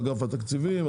אגף התקציבים,